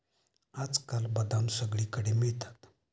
आजकाल बदाम सगळीकडे मिळतात